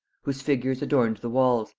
whose figures adorned the walls,